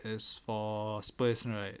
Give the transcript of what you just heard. as for spurs right